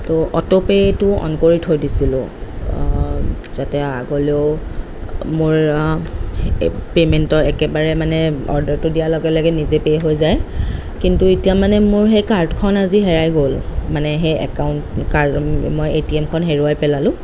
তো অটোপে'টো অ'ন কৰি থৈ দিছিলোঁ যাতে আগলৈও মোৰ এই পে'মেণ্টৰ একেবাৰে মানে অৰ্ডাৰটো দিয়াৰ লগে লগে নিজে পে' হৈ যায় কিন্তু এতিয়া মানে মোৰ সেই কাৰ্ডখন আজি হেৰাই গ'ল মানে সেই একাউণ্ট মই এ টি এমখন হেৰুওৱাই পেলালোঁ